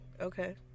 Okay